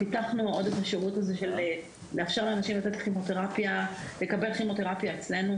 פיתחנו עוד השירות הזה לאפשר לאנשים לקבל כימותרפיה אצלנו.